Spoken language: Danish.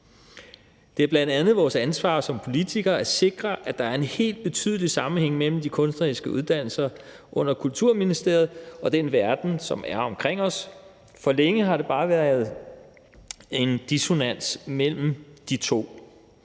Det er bl.a. vores ansvar som politikere at sikre, at der er en helt betydelig sammenhæng mellem de kunstneriske uddannelser under Kulturministeriet og den verden, som er omkring os. For længe har der bare været en dissonans mellem de to.